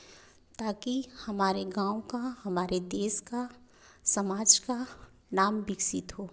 ताकि हमारे गाँव का हमारे देश का समाज का नाम विकसित हो